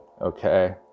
Okay